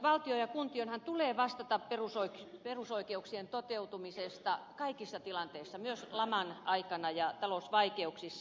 valtion ja kuntienhan tulee vastata perusoikeuksien toteutumisesta kaikissa tilanteissa myös laman aikana ja talousvaikeuksissa